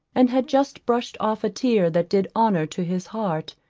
and had just brushed off a tear that did honour to his heart,